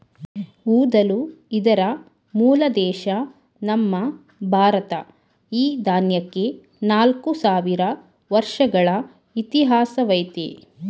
ಊದಲು ಇದರ ಮೂಲ ದೇಶ ನಮ್ಮ ಭಾರತ ಈ ದಾನ್ಯಕ್ಕೆ ನಾಲ್ಕು ಸಾವಿರ ವರ್ಷಗಳ ಇತಿಹಾಸವಯ್ತೆ